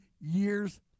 years